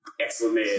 Excellent